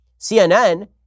CNN